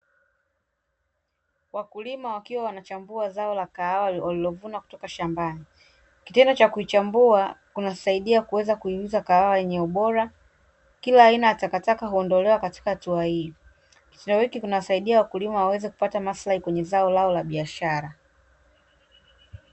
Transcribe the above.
Wakulima wakiwa wanachambua zao la kahawa walilovuna kutoka shambani. Kitendo cha kuchambua kunasaidia kuweza kuuza kahawa yenye ubora, kila aina ya takataka huondolewa katika hatua hii. Kitendo hiki kinasaidi wakulima wengi waweze kupata maslahi kwenye zao lao la biashara.